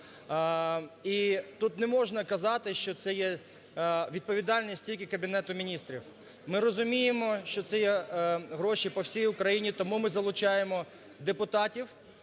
І тут не можна казати, що це є відповідальність тільки Кабінету Міністрів. Ми розуміємо, що це є гроші по всій Україні, тому ми залучаємо депутатів